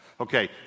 Okay